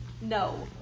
No